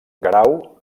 guerau